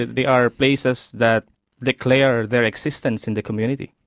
they are places that declare their existence in the community.